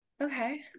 Okay